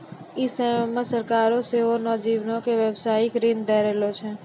इ समयो मे सरकारें सेहो नौजवानो के व्यवसायिक ऋण दै रहलो छै